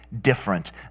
different